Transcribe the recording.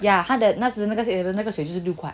yeah 他的那时那个水十六块